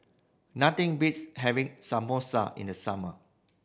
nothing beats having Samosa in the summer